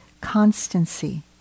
constancy